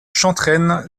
chantrenne